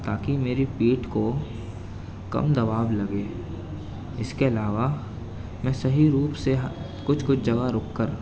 تاکہ میری پیٹھ کو کم دباؤ لگے اس کے علاوہ میں صحیح روپ سے کچھ کچھ جگہ رک کر